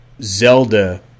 Zelda